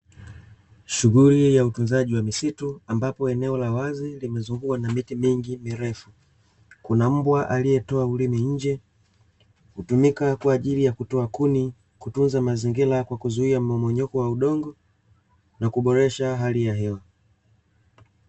Shughuli ya utunzaji wa misitu, ambapo eneo la wazi limezungukwa na miti mingi mirefu. Kuna mbwa aliyetoa ulimi nje. Hutumika kwa ajili ya kutoa kuni, kutunza mazingira kwa kuzuia mmomonyoko wa udongo na kuboresha hali ya hewa.